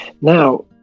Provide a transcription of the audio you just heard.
Now